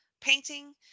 painting